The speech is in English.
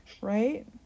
Right